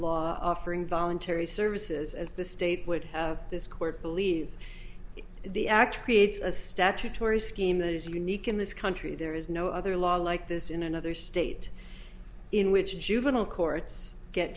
law offering voluntary services as the state would have this court believe the act a statutory scheme that is unique in this country there is no other law like this in another state in which the juvenile courts get